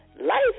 Life